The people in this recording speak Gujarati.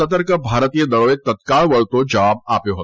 સતર્ક ભારતીયદળોએ તત્કાળ વળતો જવાબ આપ્યો હતો